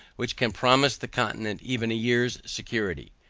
which can promise the continent even a year's security.